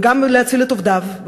וגם להציל את עובדיו,